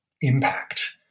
impact